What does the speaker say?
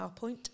PowerPoint